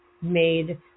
made